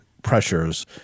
Pressures